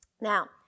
Now